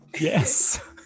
Yes